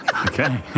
Okay